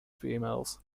females